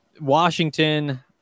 Washington